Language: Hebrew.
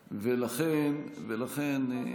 ולכן,